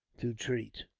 to treat.